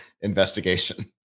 investigation